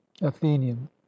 athenian